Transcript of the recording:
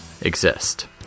exist